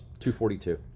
242